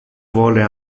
vole